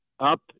Up